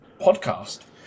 podcast